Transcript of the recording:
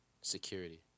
Security